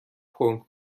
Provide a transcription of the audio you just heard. پمپ